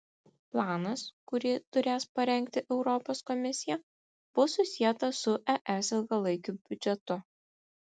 planas kurį turės parengti europos komisija bus susietas su es ilgalaikiu biudžetu